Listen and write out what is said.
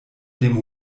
dem